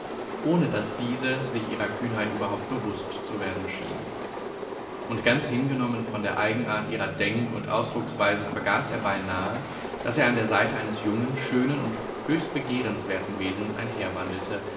ohne daß diese sich ihrer kühnheit überhaupt bewußt zu werden schien und ganz hingenommen von der eigenart ihrer denk und ausdrucksweise vergaß er beinahe daß er an der seite eines jungen schönen und höchst begehrenswerten wesens